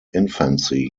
infancy